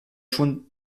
schon